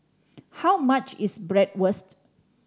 how much is Bratwurst